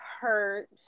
hurt